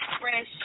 fresh